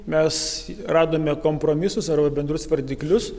mes radome kompromisus arba bendrus vardiklius